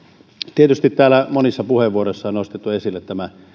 tietysti täällä monissa puheenvuoroissa on nostettu esille tämä